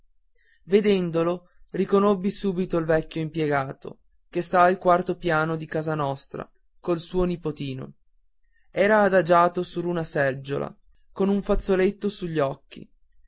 vedendolo riconobbi subito il vecchio impiegato che sta al quarto piano di casa nostra col suo nipotino era adagiato sur una seggiola con un fazzoletto sugli occhi